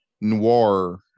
noir